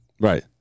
Right